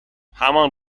همان